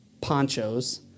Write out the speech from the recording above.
ponchos